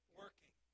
working